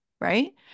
right